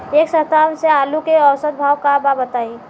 एक सप्ताह से आलू के औसत भाव का बा बताई?